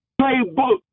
playbook